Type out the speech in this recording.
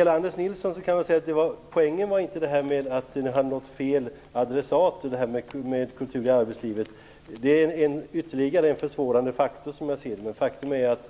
Till Anders Nilsson vill jag säga att poängen inte var att pengarna från anslaget Kultur i arbetslivet hade nått fel adressat. Som jag ser det är det en försvårande faktor att,